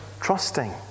trusting